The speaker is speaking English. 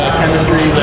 chemistry